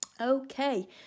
Okay